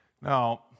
Now